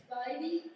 baby